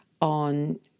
on